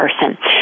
person